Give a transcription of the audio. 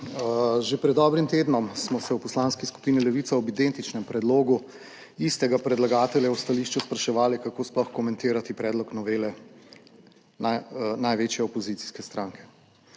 Že pred dobrim tednom smo se v Poslanski skupini Levica ob identičnem predlogu istega predlagatelja v stališču spraševali, kako sploh komentirati predlog novele največje opozicijske stranke.